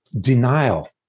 denial